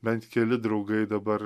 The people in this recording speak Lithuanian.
bent keli draugai dabar